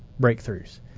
breakthroughs